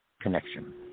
connection